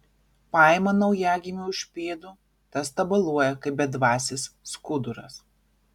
paima naujagimį už pėdų tas tabaluoja kaip bedvasis skuduras